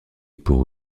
pour